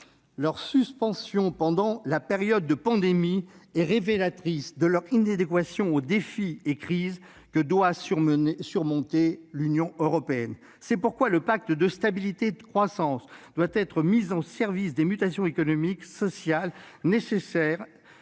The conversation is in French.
Leur suspension pendant la période de pandémie est révélatrice de leur inadéquation face aux défis et crises que doit surmonter l'Union européenne. C'est pourquoi le pacte de stabilité et de croissance doit être mis au service des mutations économiques et sociales nécessaires